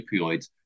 opioids